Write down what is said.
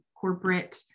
corporate